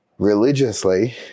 religiously